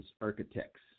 architects